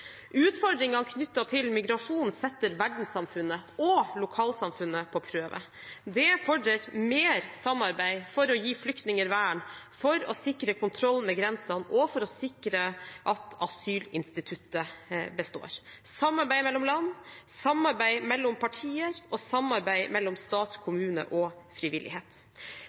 Utfordringene knyttet til migrasjon setter verdenssamfunnet og lokalsamfunnet på prøve. Det fordrer mer samarbeid for å gi flyktninger vern, for å sikre kontroll med grensene og for å sikre at asylinstituttet består: samarbeid mellom land, samarbeid mellom partier og samarbeid mellom stat, kommune og frivillighet.